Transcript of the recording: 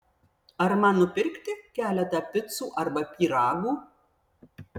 ar man nupirkti keletą picų arba pyragų